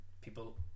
People